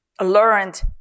learned